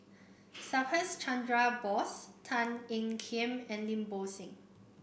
Subhas Chandra Bose Tan Ean Kiam and Lim Bo Seng